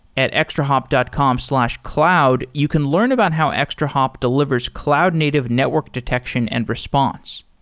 at extrahop dot com slash cloud, you can learn about how extrahop delivers cloud-native network detection and response.